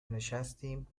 نشستیم